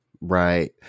Right